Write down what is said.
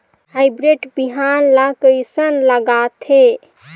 Hybrid बिहान ला कइसन लगाथे?